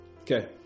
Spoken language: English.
Okay